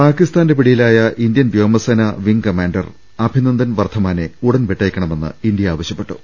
പാകിസ്താന്റെ പിടിയിലായ ഇന്ത്യൻ വ്യോമസേനയിലെ വിങ് കമാൻഡർ അഭിനന്ദൻ വർദ്ധമാനെ ഉടൻ വിട്ടയക്കണമെന്ന് ഇന്ത്യ ആവ ശ്യപ്പെട്ടു